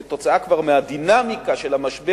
כבר כתוצאה מהדינמיקה של המשבר,